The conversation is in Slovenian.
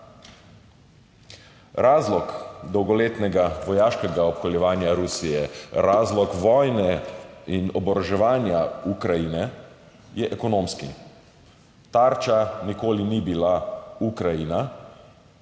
Razlog za dolgoletno vojaško obkoljevanje Rusije, razlog za vojno in oboroževanje Ukrajine je ekonomski. Tarča nikoli ni bila Ukrajina,